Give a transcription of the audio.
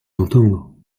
entendre